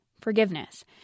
forgiveness